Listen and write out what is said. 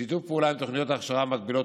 שיתוף פעולה עם תוכניות הכשרה מקבילות,